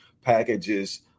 packages